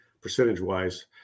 percentage-wise